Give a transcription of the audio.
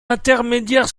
intermédiaires